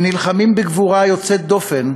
הם נלחמים בגבורה יוצאת דופן,